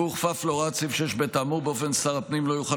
והוא הוכפף להוראת סעיף 6(ב) האמור באופן ששר הפנים לא יוכל